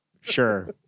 sure